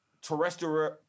terrestrial